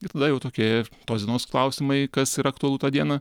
ir tada jau tokie tos dienos klausimai kas yra aktualu tą dieną